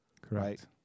Correct